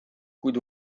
kuid